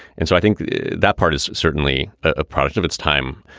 and so i think that part is certainly a product of its time.